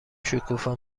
شکوفا